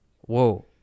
whoa